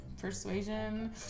persuasion